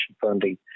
funding